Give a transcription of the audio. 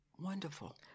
wonderful